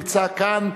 אין נמנעים.